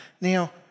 Now